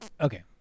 okay